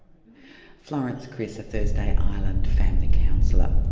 florence kris, a thursday island family counsellor.